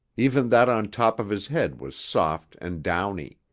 even that on top of his head was soft and downy.